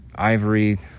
ivory